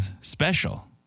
special